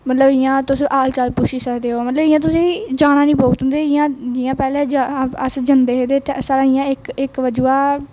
मतलब इयां तुस हाल चाल पुच्छी सकदे हो मतलब इयां तुसेंगी जाना नेईं पौग तुंदा जियां जियां पैहलें अस जंदे हे ते साढ़ा इयां कि